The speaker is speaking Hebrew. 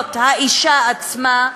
זכויות האישה עצמה,